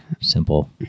simple